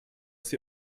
sie